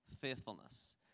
faithfulness